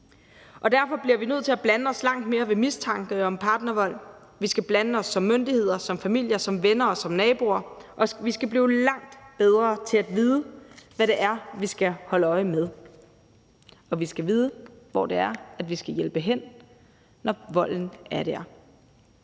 Derfor bliver vi nødt til at blande os langt mere ved mistanke om partnervold. Vi skal blande os som myndigheder, som familie, som venner og som naboer, og vi skal blive langt bedre til at vide, hvad det er, vi skal holde øje med. Og vi skal vide, hvor det er, vi skal hjælpe nogen hen, når volden er der.